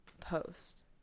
post